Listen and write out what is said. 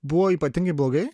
buvo ypatingai blogai